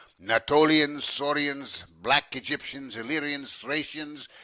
natolians, sorians, black egyptians, illyrians, thracians,